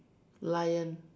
lion